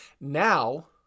Now